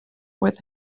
with